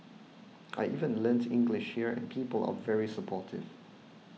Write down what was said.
I even learnt English here and people are very supportive